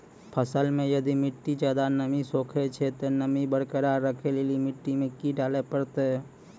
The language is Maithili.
फसल मे यदि मिट्टी ज्यादा नमी सोखे छै ते नमी बरकरार रखे लेली मिट्टी मे की डाले परतै?